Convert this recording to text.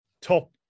top